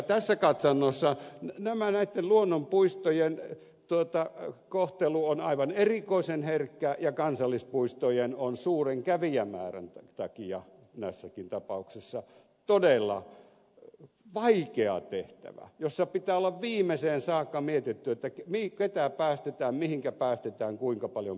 tässä katsannossa näitten luonnonpuistojen kohtelu on aivan erikoisen herkkää ja kansallispuistojen kohtelu on suuren kävijämäärän takia näissäkin tapauksissa todella vaikea tehtävä jossa pitää olla viimeiseen saakka mietitty keitä päästetään mihinkä päästetään kuinka paljon päästetään